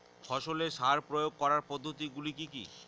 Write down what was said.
ফসলে সার প্রয়োগ করার পদ্ধতি গুলি কি কী?